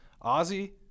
Ozzy